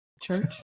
Church